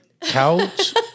couch